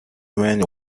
men